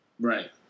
Right